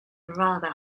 rather